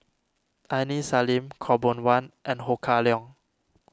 Aini Salim Khaw Boon Wan and Ho Kah Leong